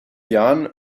jahren